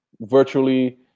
Virtually